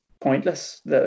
pointless